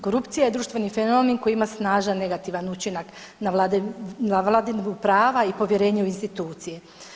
Korupcija je društveni fenomen koji ima snažan negativan učinak na vladavinu prava i povjerenja u institucije.